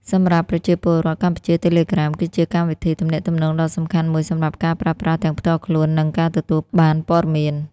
សម្រាប់ប្រជាពលរដ្ឋកម្ពុជា Telegram គឺជាកម្មវិធីទំនាក់ទំនងដ៏សំខាន់មួយសម្រាប់ការប្រើប្រាស់ទាំងផ្ទាល់ខ្លួន និងការទទួលបានព័ត៌មាន។